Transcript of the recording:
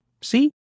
See